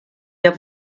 der